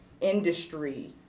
industry